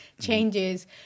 changes